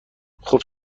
خوب